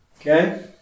Okay